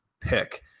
pick